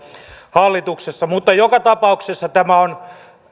hallituksessa mutta joka tapauksessa tämä on